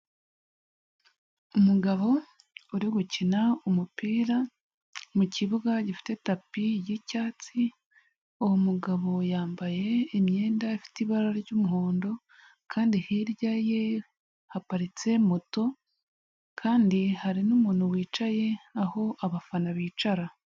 Umugabo uri gukina umupira mu kibuga gifite tapi y'icyatsi, uwo mugabo yambaye imyenda ifite ibara ry'umuhondo kandi hirya ye haparitse moto kandi hari n'umuntu wicaye aho abafana bicara.